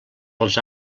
els